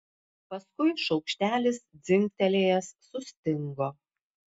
paskui šaukštelis dzingtelėjęs sustingo